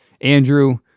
Andrew